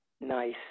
Nice